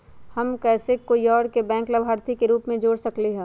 हम कैसे कोई और के बैंक लाभार्थी के रूप में जोर सकली ह?